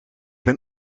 ben